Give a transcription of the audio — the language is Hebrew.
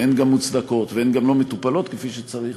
והן גם מוצדקות והן גם לא מטופלות כפי שצריך,